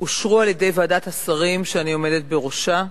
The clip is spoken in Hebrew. אושרו על-ידי ועדת השרים שאני עומדת בראשה.